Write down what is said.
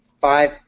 five